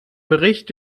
bericht